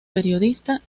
periodista